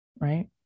Right